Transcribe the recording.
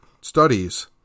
studies